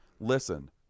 listen